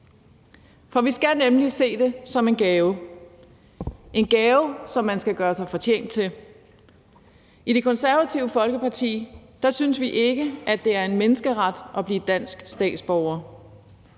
For vi skal nemlig se det som en gave, en gave, som man skal gøre sig fortjent til. I Det Konservative Folkeparti synes vi ikke, at det er en menneskeret at blive dansk statsborger.